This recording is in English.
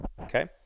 Okay